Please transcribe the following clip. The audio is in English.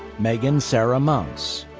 megan sarah mounce.